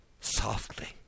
softly